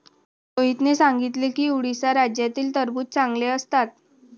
रोहितने सांगितले की उडीसा राज्यातील टरबूज चांगले असतात